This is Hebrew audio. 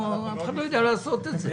אף אחד לא יודע לעשות את זה.